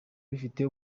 bifite